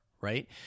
right